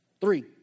three